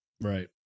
Right